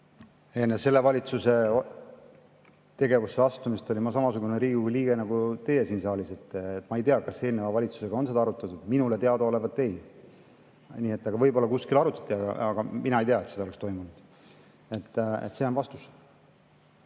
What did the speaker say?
Enne selle valitsuse tegevusse astumist olin ma samasugune Riigikogu liige nagu teie siin saalis. Ma ei tea, kas eelneva valitsusega on seda arutatud – minule teadaolevalt ei. Võib-olla kuskil arutati, aga mina ei tea, et seda oleks toimunud. See on vastus.